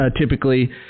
typically